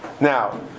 Now